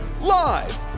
Live